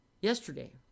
yesterday